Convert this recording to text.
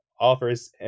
offers